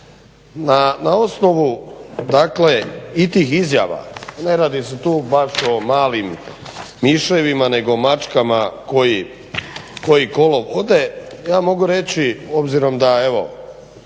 Na osnovu tih izjava, ne radi se tu baš o malim miševima nego mačkama koji kolo vode, ja mogu reći obzirom da sam